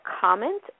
comment